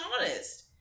honest